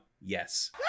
Yes